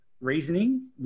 reasoning